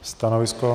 Stanovisko?